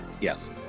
Yes